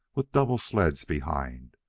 with double sleds behind,